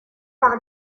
par